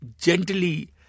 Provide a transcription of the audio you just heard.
gently